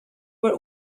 were